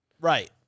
Right